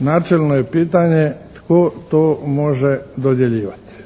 Načelno je pitanje tko to može dodjeljivati?